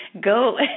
Go